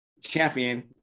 champion